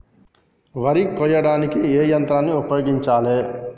వరి కొయ్యడానికి ఏ యంత్రాన్ని ఉపయోగించాలే?